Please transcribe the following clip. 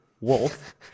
wolf